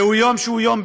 זהו יום בין-לאומי,